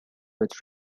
with